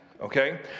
Okay